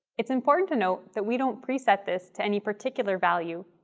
it's important to note that we don't preset this to any particular value,